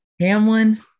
Hamlin